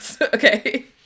Okay